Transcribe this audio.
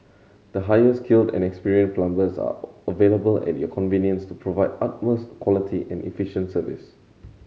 the highly skilled and experience plumbers are available at your convenience to provide utmost quality and efficient service